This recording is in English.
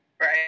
Right